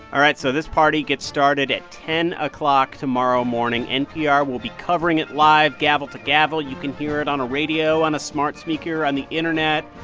all right. so this party gets started at ten o'clock tomorrow morning. npr will be covering it live, gavel to gavel. you can hear it on a radio, on a smart speaker, on the internet,